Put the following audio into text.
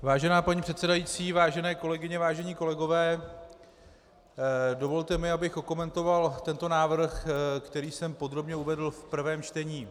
Vážená paní předsedající, vážené kolegyně, vážení kolegové, dovolte mi, abych okomentoval tento návrh, který jsem podrobně uvedl v prvém čtení.